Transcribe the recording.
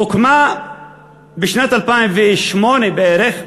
הוקמה בשנת 2008 בערך,